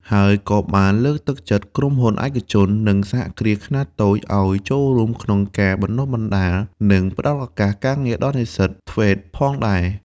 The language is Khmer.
ហើយក៏បានលើកទឹកចិត្តក្រុមហ៊ុនឯកជន និងសហគ្រាសខ្នាតតូចឱ្យចូលរួមក្នុងការបណ្តុះបណ្តាល និងផ្តល់ឱកាសការងារដល់និស្សិត ធ្វេត TVET ផងដែរ។